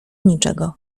niczego